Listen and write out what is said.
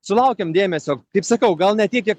sulaukėm dėmesio kaip sakau gal ne tiek kiek